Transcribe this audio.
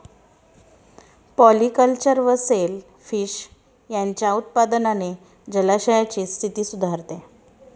polyculture व shellfish यांच्या उत्पादनाने जलाशयांची स्थिती सुधारते